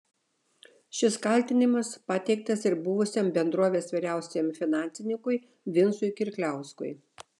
šis kaltinimas pateiktas ir buvusiam bendrovės vyriausiajam finansininkui vincui kirkliauskui